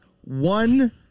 one